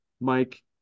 Mike